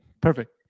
Perfect